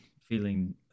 feeling